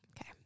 Okay